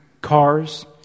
cars